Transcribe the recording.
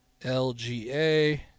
LGA